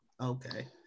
okay